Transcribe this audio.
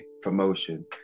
promotion